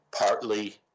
partly